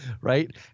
Right